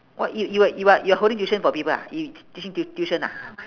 what you you are you are you are holding tuition for people ah you t~ teaching tu~ tuition ah